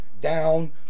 down